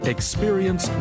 Experience